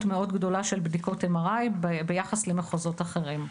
מאוד גדולה של בדיקות MRI ביחס למחוזות אחרים.